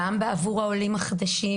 גם עבור העולים החדשים